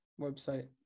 website